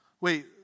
Wait